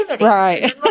right